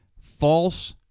false